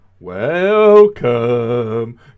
Welcome